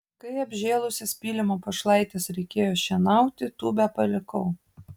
kai apžėlusias pylimo pašlaites reikėjo šienauti tūbę palikau